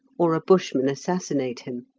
or a bushman assassinate him.